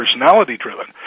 personality-driven